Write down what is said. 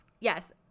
yes